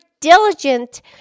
diligent